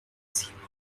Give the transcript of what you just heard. ziehen